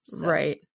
Right